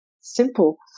Simple